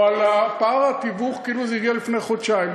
או על פער התיווך כאילו הגיע לפני חודשיים.